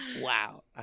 Wow